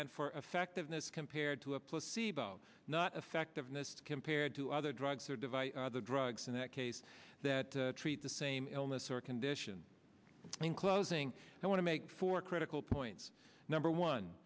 and for effectiveness compared to a placebo not effectiveness compared to other drugs or device or drugs in that case that treat the same illness or condition in closing i want to make for critical points number one